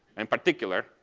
and particular,